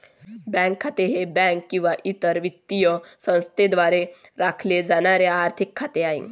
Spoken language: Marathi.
बँक खाते हे बँक किंवा इतर वित्तीय संस्थेद्वारे राखले जाणारे आर्थिक खाते आहे